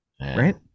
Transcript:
Right